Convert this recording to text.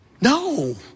No